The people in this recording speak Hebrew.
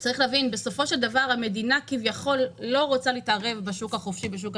כביכול, המדינה לא רוצה להתערב בשוק הדיור.